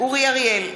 אורי אריאל,